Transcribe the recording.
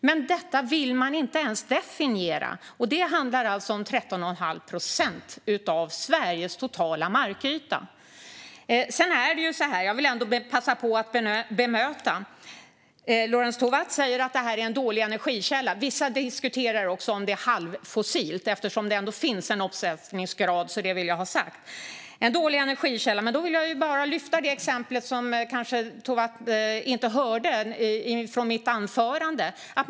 Men detta vill man inte ens definiera, fast det handlar om 13 1⁄2 procent av Sveriges totala markyta. Jag vill passa på att bemöta det som Lorentz Tovatt säger om att det här är en dålig energikälla. Vissa diskuterar om det är en halvfossil energikälla eftersom det ändå finns en omsättningsgrad. Det vill jag ha sagt. Jag vill också lyfta fram ett exempel från mitt huvudanförande som Tovatt kanske inte hörde.